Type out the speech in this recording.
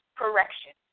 correction